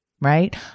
Right